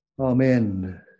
Amen